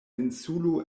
insulo